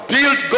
Build